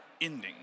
ending